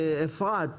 אפרת,